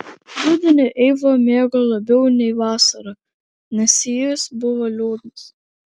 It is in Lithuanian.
rudenį eiva mėgo labiau nei vasarą nes jis buvo liūdnas